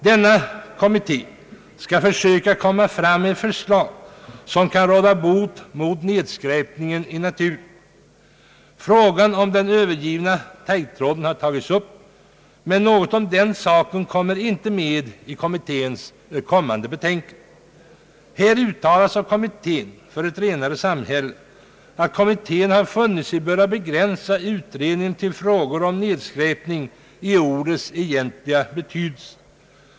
Denna kommitté har i uppdrag att försöka lägga fram förslag som kan råda bot mot nedskräpningen i naturen. Frågan om den övergivna taggtråden har tagits upp. Men därom kommer ingenting att sägas i kommitténs kommande betänkande. Kommittén för ett renare samhälle uttalar att den har funnit sig böra begränsa utredningen till frågor om nedskräpning i ordets egentliga betydelse.